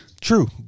true